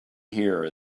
here